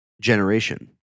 generation